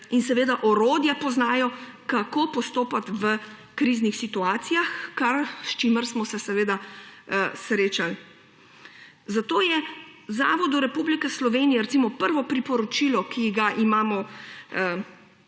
in poznajo orodja, kako postopati v kriznih situacijah, s katerimi smo se srečali. Zato je Zavodu Republike Slovenije recimo prvo priporočilo, ki ga imamo